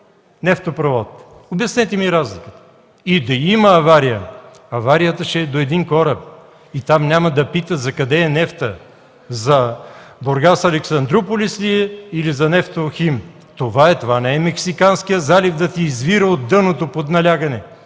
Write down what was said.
нефтопровод. Обяснете ми разликата! И да има авария, аварията ще е до един кораб и там няма да питат закъде е нефтът – за Бургас – Александруполис ли е или е за „Нефтохим”. Това не е Мексиканският залив, та да ти извира от дъното под налягане,